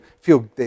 feel